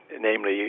namely